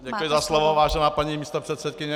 Děkuji za slovo, vážená paní místopředsedkyně.